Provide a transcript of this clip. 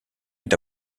est